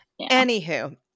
Anywho